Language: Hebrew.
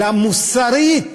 אלא מוסרית,